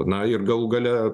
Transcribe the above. na ir galų gale